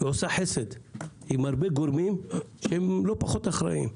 ועושה חסד עם הרבה גורמים שהם לא פחות אחראים.